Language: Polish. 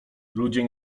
ludzie